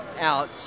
out